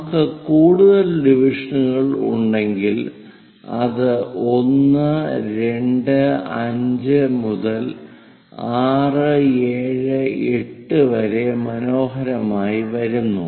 നമുക്ക് കൂടുതൽ ഡിവിഷനുകൾ ഉണ്ടെങ്കിൽ അത് 1 2 5 മുതൽ 6 7 8 വരെ മനോഹരമായി വരുന്നു